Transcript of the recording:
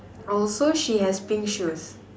also she has pink shoes